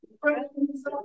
friends